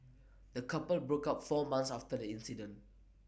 the couple broke up four months after the incident